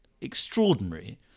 extraordinary